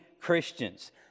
christians